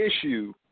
issue